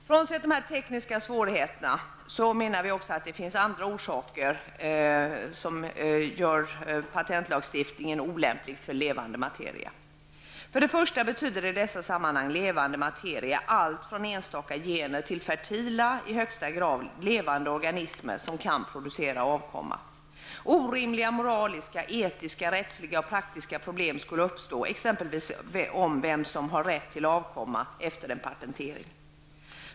Frånsett vissa tekniska svårigheter finns det också andra orsaker som gör patentlagstiftningen olämplig när det gäller levande materia. För det första betyder i dessa sammanhang ''levande materia'' allt från enstaka gener till fertila, i högsta grad levande, organismer som kan producera avkomma. Orimliga moraliska, etiska, rättsliga och praktiska problem skulle uppstå om vem som har rätt till avkomman efter en patentering.